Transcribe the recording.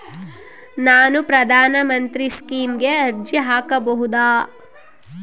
ನಾನು ಪ್ರಧಾನ ಮಂತ್ರಿ ಸ್ಕೇಮಿಗೆ ಅರ್ಜಿ ಹಾಕಬಹುದಾ?